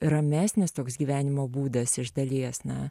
ramesnis toks gyvenimo būdas iš dalies na